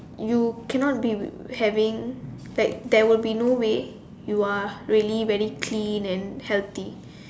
you cannot be having like there will be no way you are really very clean and healthy